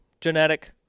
genetic